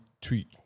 tweet